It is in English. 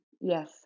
Yes